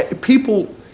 People